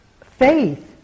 Faith